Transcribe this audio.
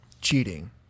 cheating